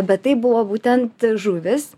bet tai buvo būtent žuvys